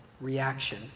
reaction